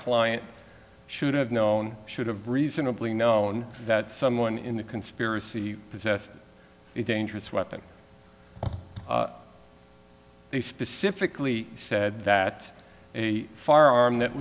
client should have known should have reasonably known that someone in the conspiracy possessed a dangerous weapon they specifically said that a firearm that